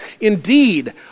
Indeed